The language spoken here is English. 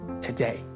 today